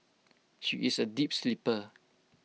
she is A deep sleeper